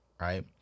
right